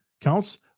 counts